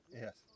yes